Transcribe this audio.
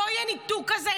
לא יהיה ניתוק כזה,